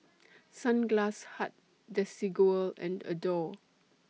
Sunglass Hut Desigual and Adore